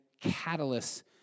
catalyst